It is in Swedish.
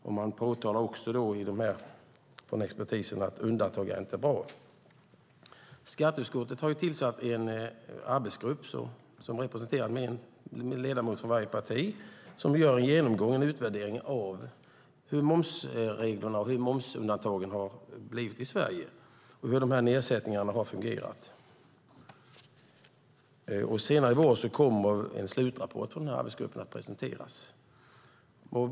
Expertisen påtalar även att undantag inte är bra. Skatteutskottet har tillsatt en arbetsgrupp som är representerad med en ledamot från varje parti. Den gör en genomgång och utvärdering av hur momsreglerna och momsundantagen blivit samt hur nedsättningarna fungerat. Senare i vår kommer en slutrapport från arbetsgruppen att presenteras.